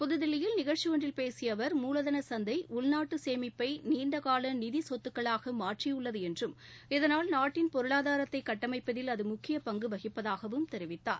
புதுதில்லியில் நிகழ்ச்சி ஒன்றில் பேசிய அவா் மூலதன சந்தை உள்நாட்டு சேமிப்பை நீண்டகால நிதி சொத்துக்களாக மாற்றியுள்ளது என்றும் இதனால் நாட்டின் பொருளாதாரத்தை கட்டமைப்பதில் அது முக்கிய பங்கு வகிப்பதாகவும் தெரிவித்தார்